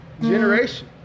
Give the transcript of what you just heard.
generation